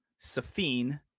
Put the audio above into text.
Safine